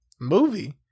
movie